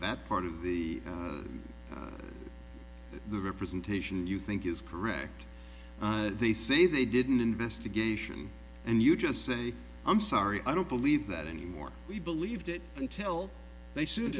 that part of the the representation you think is correct they say they didn't investigation and you just say i'm sorry i don't believe that anymore we believed it until they s